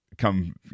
come